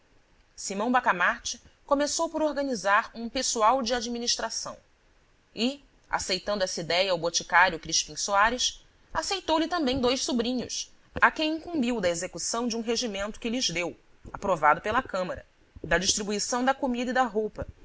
simão bacamarte começou por organizar um pessoal de administração e aceitando essa idéia ao boticário crispim soares aceitou lhe também dois sobrinhos a quem incumbiu da execução de um regimento que lhes deu aprovado pela câmara da distribuição da comida e da roupa